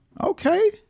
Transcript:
Okay